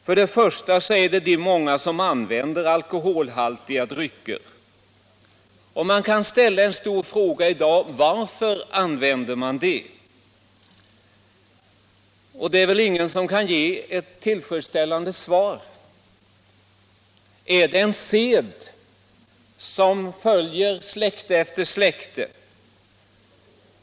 För det första är det de många av oss som använder alkoholhaltiga drycker. Man kan i dag ställa en viktig fråga: Varför använder man alkoholhaltiga drycker? Ingen kan väl lämna ett tillfredsställande svar. Är det en sed som följer släkte efter släkte?